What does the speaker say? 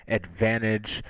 advantage